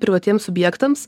privatiems subjektams